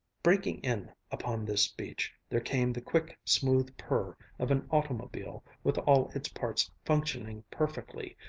breaking in upon this speech, there came the quick, smooth purr of an automobile with all its parts functioning perfectly,